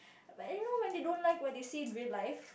but you know when they don't like what they see in real life